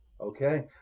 Okay